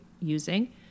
using